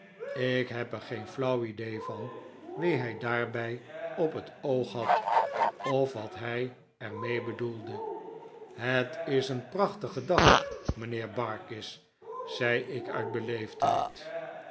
ik heb er geen flauw idee van wie hij daarbij op het oog had of wat hij er mee bedoelde het is een prachtige dag mijnheer barkis zei ik uit